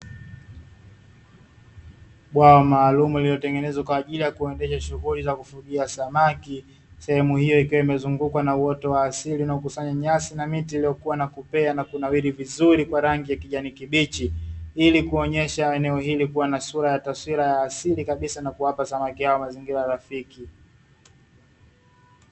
Bwawa maalumu lililotengenezea kwa ajili ya kuendesha shughuli ya kufugia samaki. Sehemu hiyo ikiwa imezungukwa na uoto wa asili unaokusanya nyasi na miti iliyokua na kupea na kunawiri vizuri kwa rangi ya kijani kibichi, ili kuonyesha eneo hili kuwa na sura na taswira ya asili kabisa na kuwapa samaki hao mazingira rafiki.